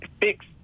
Fix